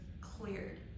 cleared